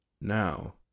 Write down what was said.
Now